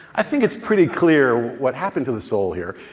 i think it's pretty clear what happened to the soul here.